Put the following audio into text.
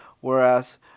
whereas